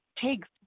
takes